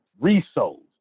resold